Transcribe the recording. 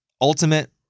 ultimate